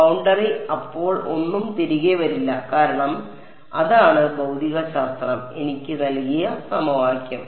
boundary അപ്പോൾ ഒന്നും തിരികെ വരില്ല കാരണം അതാണ് ഭൌതികശാസ്ത്രം എനിക്ക് നൽകിയ സമവാക്യം